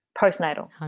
postnatal